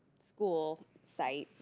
school site,